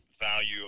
value